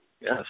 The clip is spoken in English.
yes